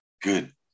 Good